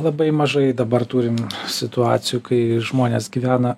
labai mažai dabar turim situacijų kai žmonės gyvena